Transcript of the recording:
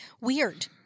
Weird